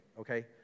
Okay